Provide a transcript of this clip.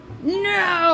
No